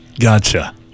Gotcha